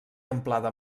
amplada